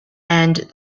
and